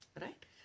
right